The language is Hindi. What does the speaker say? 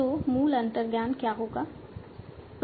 तो मूल अंतर्ज्ञान क्या होगा